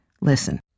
listen